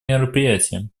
мероприятием